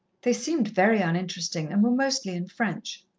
they seemed very uninteresting, and were mostly in french.